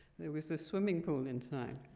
there was a swimming pool inside.